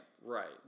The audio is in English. Right